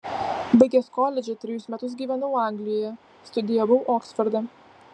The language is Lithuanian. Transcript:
baigęs koledžą trejus metus gyvenau anglijoje studijavau oksforde